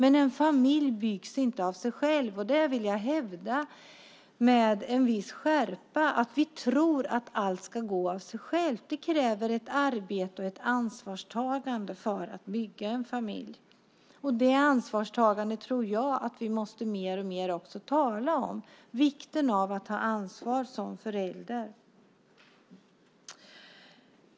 En familj byggs inte av sig själv. Där vill jag hävda med viss skärpa att vi tror att allt ska gå av sig självt. Men det kräver arbete och ett ansvarstagande att bygga en familj. Det ansvarstagandet tror jag att vi mer och mer måste tala om och tala om vikten av att ta ansvar som förälder.